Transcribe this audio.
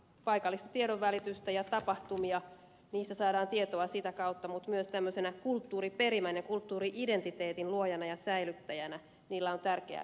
paikallista tiedonvälitystä ja tapahtumia niistä saadaan tietoa sitä kautta mutta myös tämmöisenä kulttuuriperimän ja kulttuuri identiteetin luojana ja säilyttäjänä niillä on tärkeä merkitys